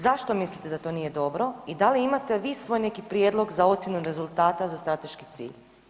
Zašto mislite da to nije dobro i da li imate vi svoj neki prijedlog za ocjenu rezultata za strateški cilj?